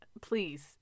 please